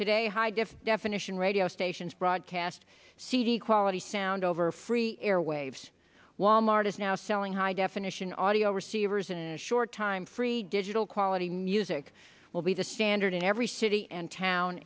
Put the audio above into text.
today high def definition radio stations broadcast cd quality sound over free airwaves walmart is now selling high definition audio receivers in a short time free digital quality music will be the standard in every city and town